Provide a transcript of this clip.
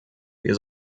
wir